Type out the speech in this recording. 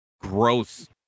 gross